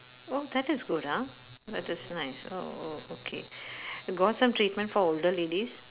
oh that is good ah that is nice oh oh okay got some treatment for older ladies